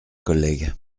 collègue